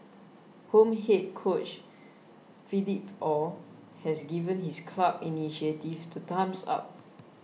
home head coach Philippe Ow has given his club's initiative the thumbs up